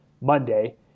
Monday